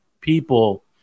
people